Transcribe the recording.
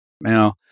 Now